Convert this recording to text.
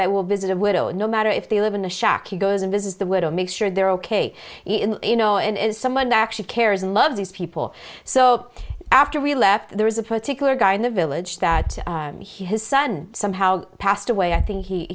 that will visit a widow no matter if they live in a shack he goes and this is the way to make sure they're ok in you know and someone actually cares and loves these people so after we left there is a particular guy in the village that his son somehow passed away i think he